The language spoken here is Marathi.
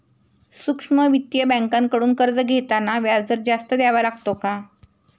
सूक्ष्म वित्तीय बँकांकडून कर्ज घेताना व्याजदर जास्त द्यावा लागतो का?